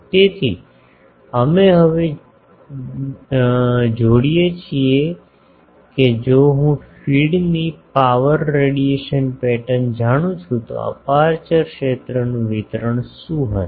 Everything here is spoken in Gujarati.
તેથી અમે હવે જોડીએ છે કે જો હું ફીડની આ પાવર રેડિયેશન પેટર્ન જાણું છું તો અપેર્ચર ક્ષેત્રનું વિતરણ શું હશે